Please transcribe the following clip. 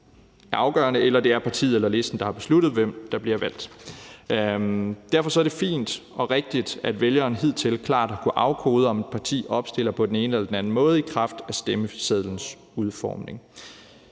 er afgørende, eller om det er partiet eller listen, der har besluttet, hvem der bliver valgt. Derfor er det fint og rigtigt, at vælgerne hidtil klart har kunnet afkode, om et parti opstiller på den ene eller den anden måde, i kraft af stemmesedlens udformning.